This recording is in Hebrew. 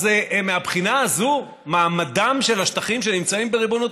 אז מהבחינה הזאת מעמדם של השטחים שנמצאים בריבונות